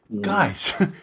guys